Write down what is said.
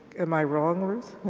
am i wrong ruth?